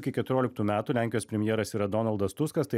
iki keturioliktų metų lenkijos premjeras yra donaldas tuskas tai